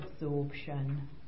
absorption